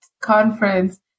conference